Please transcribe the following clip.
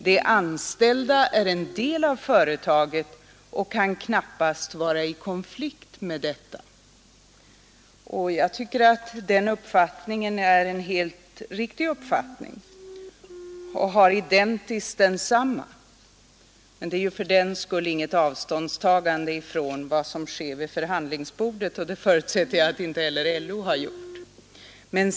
De anställda är en del av företaget och kan knappast vara i konflikt med detta.” Jag tycker att den uppfattningen är helt riktig, och jag har identiskt densamma. Det är fördenskull inget avståndstagande från vad som sker vid förhandlingsbordet, och ett sådant förutsätter jag att inte heller LO har gjort.